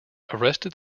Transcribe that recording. arrested